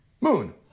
Moon